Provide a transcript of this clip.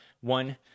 one